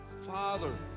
father